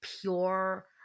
pure